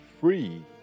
free